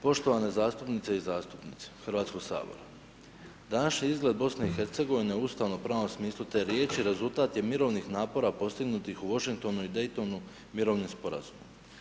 Poštovane zastupnice i zastupnici Hrvatskog sabora, današnji izgled Bosne i Hercegovine, u ustavno-pravnom smislu te riječi, rezultat je mirovnih napora postignutih u Washingtonu i Daytonu mirovnim sporazumom.